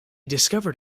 discovered